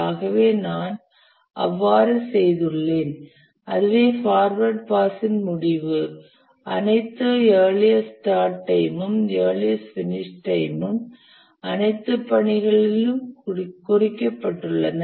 ஆகவே நான் அவ்வாறு செய்துள்ளேன் அதுவே பார்வர்டு பாஸின் முடிவு அனைத்து இயர்லியஸ்ட்ஸ்டார்ட் டைம்மும் இயர்லியஸ்ட் பினிஷ் டைம்மும் அனைத்தும் பணிகளில் குறிக்கப்பட்டுள்ளன